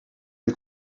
est